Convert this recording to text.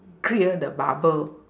clear the bubble